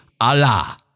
Allah